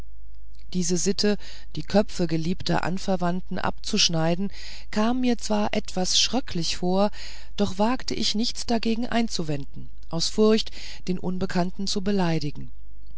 diese sitte die köpfe geliebter anverwandten abzuschneiden kam mir zwar etwas schröcklich vor doch wagte ich nichts dagegen einzuwenden aus furcht den unbekannten zu beleidigen